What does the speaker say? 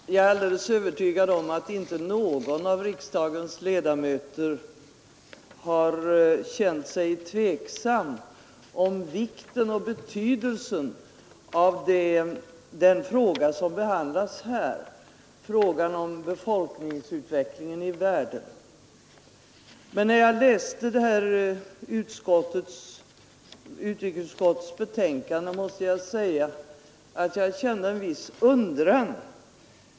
Herr talman! Jag är alldeles övertygad om att inte någon av riksdagens ledamöter har känt sig tveksam om vikten och betydelsen av den fråga som nu behandlas, frågan om befolkningsutvecklingen i världen. Men jag måste säga att jag kände en viss undran när jag läste detta utskottets betänkande.